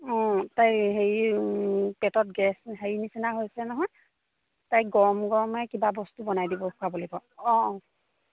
অঁ তাইৰ হেৰি পেটত গেছ হেৰি নিচিনা হৈছে নহয় তাই গৰম গৰমে কিবা বস্তু বনাই দিব খোৱাবলৈ কওক অঁ অঁ